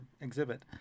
exhibit